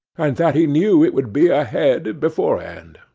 and that he knew it would be a head beforehand,